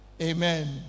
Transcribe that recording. Amen